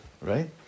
right